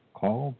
call